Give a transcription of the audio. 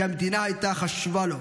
כי המדינה הייתה חשובה לו,